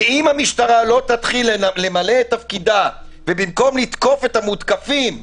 ואם המשטרה לא תתחיל למלא את תפקידה ובמקום לתקוף את המותקפים,